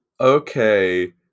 Okay